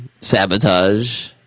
Sabotage